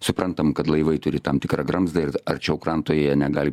suprantam kad laivai turi tam tikrą gramzdą ir arčiau kranto jie negali